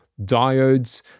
diodes